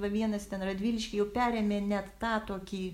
va vienas ten radvilišky jau perėmė net tą tokį